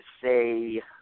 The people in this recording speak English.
say